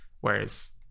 Whereas